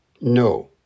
No